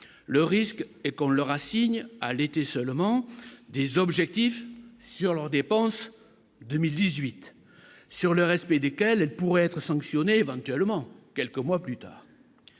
le risque et qu'on leur assigne à l'été seulement des objectifs sur leurs dépenses 2018 sur le respect des quelles pourraient être sanctionnés éventuellement quelques mois plus tard,